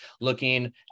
looking